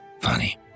funny